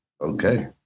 Okay